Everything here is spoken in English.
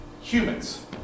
humans